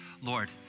Lord